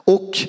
Och